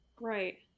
Right